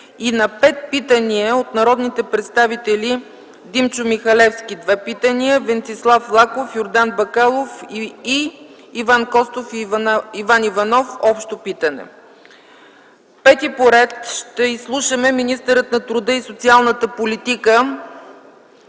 и на пет питания от народните представители Димчо Михалевски – две питания, Венцислав Лаков, Йордан Бакалов, Иван Костов и Иван Иванов – общо питане. Пети по ред ще изслушаме министъра на труда и социалната политика